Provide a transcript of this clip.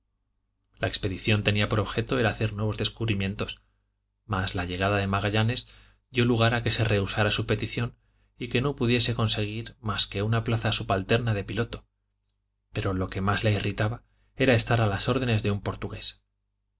la expedición tenía por objeto el hacer nuevos descubrimientos mas la llegada de magallanes dio lugar a que se rehusara su petición y que no pudiese conseguir mas que una plaza subalterna de piloto pero lo que más le irritaba era estar a las órdenes de un portugués